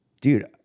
dude